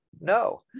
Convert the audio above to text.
No